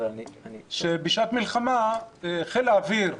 שבשעת מלחמה, חיל האוויר,